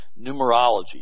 numerology